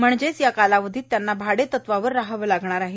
म्हणजेच या कालावधीत त्यांना भाडे तत्वावर रहावे लागणार आहे